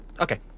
Okay